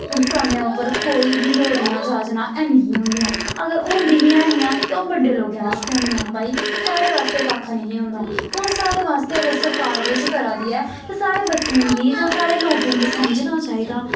उस समें उप्पर कोई बी योजना जाजना है निं ही होंदियां अगर होंदी बी ऐ हियां ते ओह् बड्डे लोकें बास्तै होंदियां हियां भाई साढ़े बास्तै कक्ख निं ही होंदा हून साढ़े बास्तै अगर सरकार कुछ करा दी ऐ ते साढ़े बच्चें गी जां साढ़े लोकें गी समझना चाहिदा